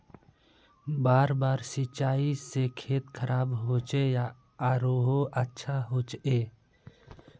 बार बार सिंचाई से खेत खराब होचे या आरोहो अच्छा होचए?